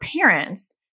parents